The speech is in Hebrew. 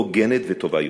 הוגנת וטובה יותר.